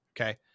okay